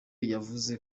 yavuze